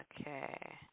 Okay